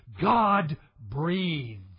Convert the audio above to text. God-breathed